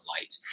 light